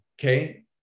Okay